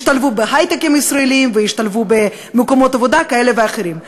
ישתלבו בהיי-טק ישראלי וישתלבו במקומות עבודה כאלה ואחרים.